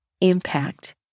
impact